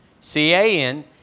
C-A-N